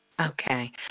Okay